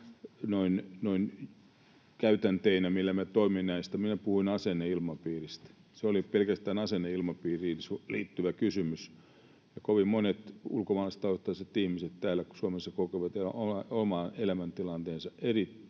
käytänteinä, millä me toimimme näissä. Minä puhuin asenneilmapiiristä. Se oli pelkästään asenneilmapiiriin liittyvä kysymys. Kovin monet ulkomaalaistaustaiset ihmiset täällä Suomessa kokevat oman elämäntilanteensa erittäin